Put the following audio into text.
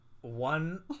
One